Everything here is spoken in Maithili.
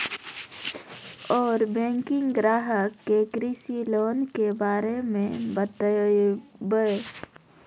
और बैंक ग्राहक के कृषि लोन के बारे मे बातेबे?